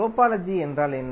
topology என்றால் என்ன